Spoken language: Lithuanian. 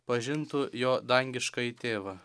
pažintų jo dangiškąjį tėvą